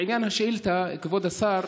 לעניין השאילתה, כבוד השר,